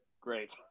great